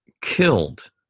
killed